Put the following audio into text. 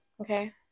okay